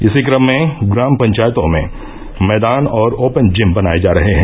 इस क्रम में ग्राम पंचायतों में मैदान और ओपेन जिम बनाये जा रहे हैं